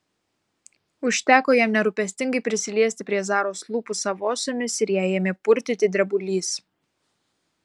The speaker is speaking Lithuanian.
užteko jam nerūpestingai prisiliesti prie zaros lūpų savosiomis ir ją ėmė purtyti drebulys